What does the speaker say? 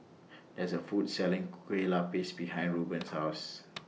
There IS A Food Selling Kue Lupis behind Reuben's House